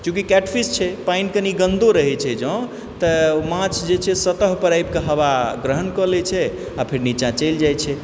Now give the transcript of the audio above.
चूँकि कैटफिश छै पानि कनी गन्दो रहैत छै जँ तऽ माछ जे छै सतहपर आबि कऽ हवा ग्रहण कऽ लैत छै आ फेर नीचाँ चलि जाइत छै